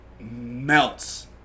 melts